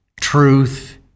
truth